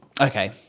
okay